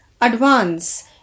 advance